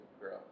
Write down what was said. grow